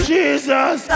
Jesus